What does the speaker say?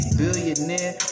billionaire